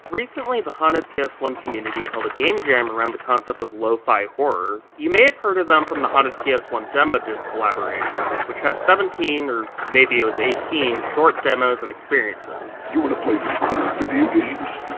recently, the haunted p s one community held a game jam around the concept of lofi horror. you may have heard of them from the haunted p s one demo disc collaboration, which had seventeen, or maybe it was eighteen, short demos and experiences. you want to play some cool video games?